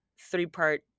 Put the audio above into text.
three-part